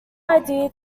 idea